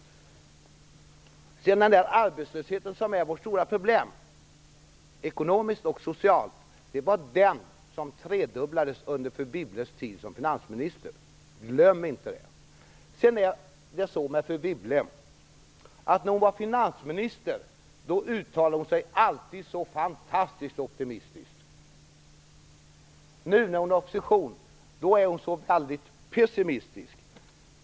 Arbetslösheten är vårt stora problem ekonomiskt och socialt, men den tredubblades under fru Wibbles tid som finansminister. Glöm inte det! När fru Wibble var finansminister uttalade hon sig alltid fantastiskt optimistiskt. Men nu, när hon är i opposition, är hon väldigt pessimistisk.